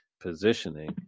positioning